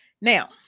Now